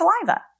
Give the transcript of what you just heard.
saliva